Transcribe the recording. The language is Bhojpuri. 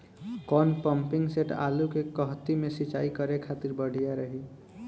कौन पंपिंग सेट आलू के कहती मे सिचाई करे खातिर बढ़िया रही?